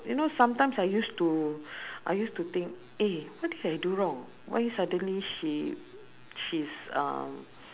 you know sometimes I used to I used to think eh what did I do wrong why suddenly she she's um